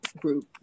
group